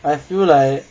I feel like